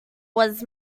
was